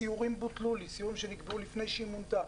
סיורים בוטלו, סיורים שנקבעו לפני שהיא מונתה,